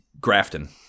Grafton